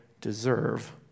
deserve